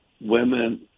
Women